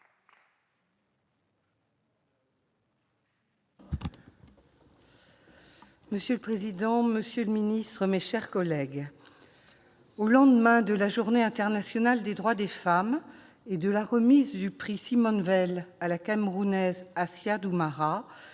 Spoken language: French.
Monsieur le président, monsieur le secrétaire d'État, mes chers collègues, au lendemain de la Journée internationale des droits des femmes et de la remise du prix Simone-Veil à la Camerounaise Aïssa Doumara,